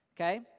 okay